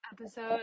episode